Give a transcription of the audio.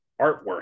artwork